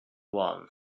one